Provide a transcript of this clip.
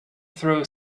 throw